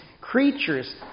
creatures